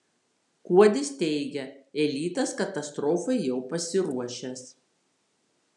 kuodis teigia elitas katastrofai jau pasiruošęs